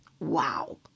Wow